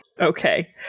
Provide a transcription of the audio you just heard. Okay